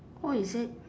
oh is it